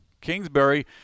Kingsbury